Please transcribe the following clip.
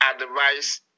advice